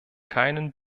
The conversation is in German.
keinen